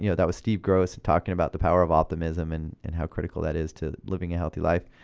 you know that was steve gross and talking about the power of optimism and and how critical that is to living a healthy life,